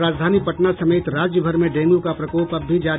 और राजधानी पटना समेत राज्यभर में डेंगू का प्रकोप अब भी जारी